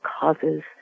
causes